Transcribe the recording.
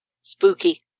Spooky